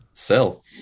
sell